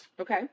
Okay